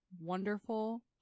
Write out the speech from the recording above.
wonderful